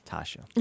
Tasha